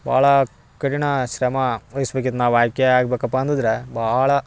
ಭಾಳ ಕಠಿಣ ಶ್ರಮ ವಹಿಸ್ಬೇಕಿತ್ತು ನಾವು ಆಯ್ಕೆ ಆಗ್ಬೇಕಪ್ಪ ಅಂದಿದರೆ ಭಾಳ